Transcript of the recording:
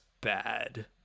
bad